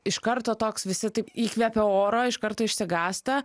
iš karto toks visi taip įkvepia oro iš karto išsigąsta